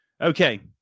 Okay